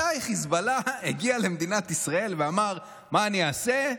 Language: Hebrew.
מתי חיזבאללה הגיע למדינת ישראל ואמר: מה אני אעשה?